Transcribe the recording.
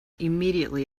immediately